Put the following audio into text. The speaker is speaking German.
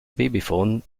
babyfon